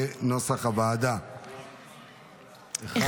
כנוסח הוועדה, אושר.